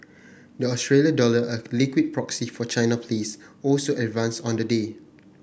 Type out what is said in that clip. the Australia dollar a liquid proxy for China plays also advanced on the day